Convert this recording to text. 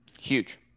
Huge